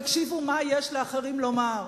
תקשיבו למה שיש לאחרים לומר.